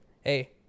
hey